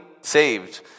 saved